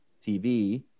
tv